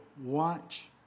watch